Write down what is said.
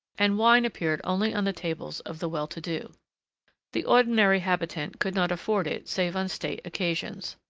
and wine appeared only on the tables of the well-to-do the ordinary habitant could not afford it save on state occasions.